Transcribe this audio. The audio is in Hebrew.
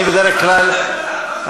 אני בדרך כלל אומר,